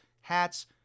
hats